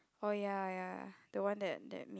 oh ya ya the one that that mean